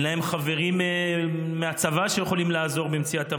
אין להם חברים מהצבא שיכולים לעזור במציאת עבודה,